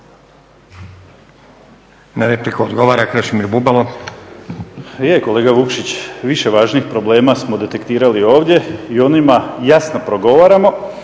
Bubalo. **Bubalo, Krešimir (HDSSB)** Pa je kolega Vukšić, više važnih problema smo detektirali ovdje i o njima jasno progovaramo.